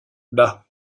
bah